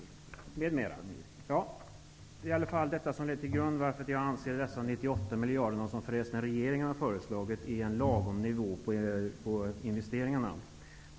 Detta är grunden till att jag anser att de 98 miljarderna, som förresten regeringen föreslagit, är en lagom nivå på investeringarna.